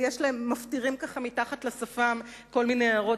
ומפטירים ככה מתחת לשפם כל מיני הערות